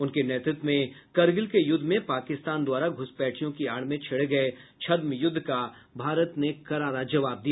उनके नेतृत्व में करगिल के युद्ध में पाकिस्तान द्वारा घुसपैठियों की आड़ में छेड़े गये छद्म युद्ध का भारत ने करारा जवाब दिया